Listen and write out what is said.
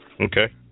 Okay